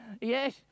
Yes